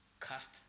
cast